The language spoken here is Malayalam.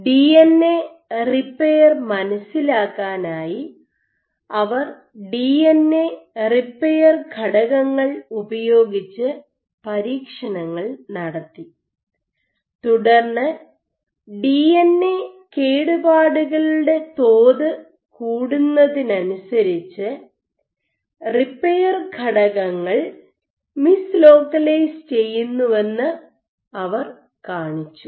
ഡിഎൻഎ റിപ്പയർ മനസ്സിലാക്കാനായി അവർ ഡിഎൻഎ റിപ്പയർ ഘടകങ്ങൾ ഉപയോഗിച്ച് പരീക്ഷണങ്ങൾ നടത്തി തുടർന്ന് ഡിഎൻഎ കേടുപാടുകളുടെ തോത് കൂടുന്നതിനനുസരിച്ച് റിപ്പയർ ഘടകങ്ങൾ മിസ്ലോക്കലൈസ് ചെയ്യുന്നുവെന്ന് അവർ കാണിച്ചു